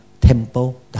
temple